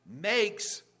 makes